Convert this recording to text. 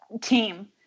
team